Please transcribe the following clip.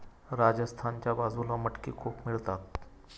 राजस्थानच्या बाजूला मटकी खूप मिळतात